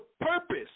purpose